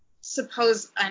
suppose